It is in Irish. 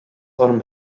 orm